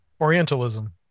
Orientalism